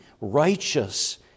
righteous